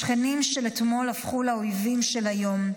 השכנים של אתמול הפכו לאויבים של היום.